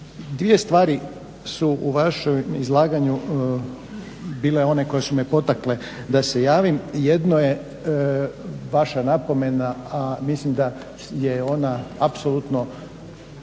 dvije stvari su u vašem izlaganju bile one koje su me potakle da se javim. Jedno je vaša napomena, a mislim da je ona apsolutno